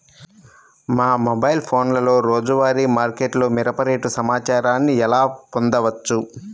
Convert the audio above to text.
మా మొబైల్ ఫోన్లలో రోజువారీ మార్కెట్లో మిరప రేటు సమాచారాన్ని ఎలా పొందవచ్చు?